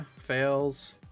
fails